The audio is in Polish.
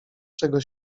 czego